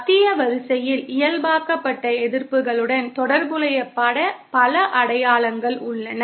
மத்திய வரிசையில் இயல்பாக்கப்பட்ட எதிர்ப்புகளுடன் தொடர்புடைய பல அடையாளங்கள் உள்ளன